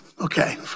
Okay